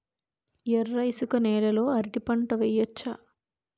ఎర్ర ఇసుక నేల లో అరటి పంట వెయ్యచ్చా?